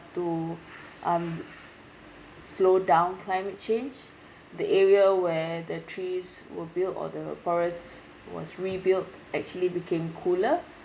to um slow down climate change the area where the trees were built or the forest was rebuilt actually became cooler